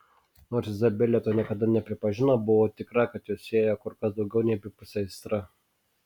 nors izabelė to niekada nepripažino buvau tikra kad juos siejo kur kas daugiau nei abipusė aistra